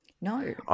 No